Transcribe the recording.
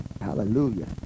Hallelujah